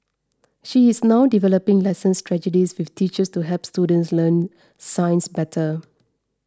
she is now developing lesson strategies with teachers to help students learn science better